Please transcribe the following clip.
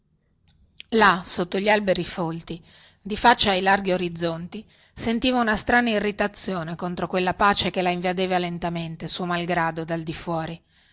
là sotto gli alberi folti di faccia ai larghi orizzonti sentiva una strana irritazione contro quella pace che la invadeva lentamente suo malgrado dal di fuori